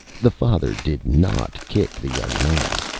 the father did not kick the young man.